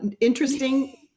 interesting